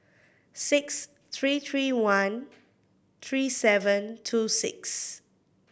six three three one three seven two six